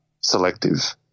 selective